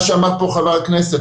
מה שאמר פה חבר הכנסת,